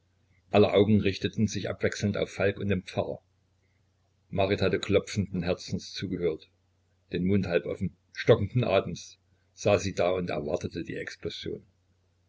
aller augen richteten sich abwechselnd auf falk und den pfarrer marit hatte klopfenden herzens zugehört den mund halb offen stockenden atems saß sie da und erwartete die explosion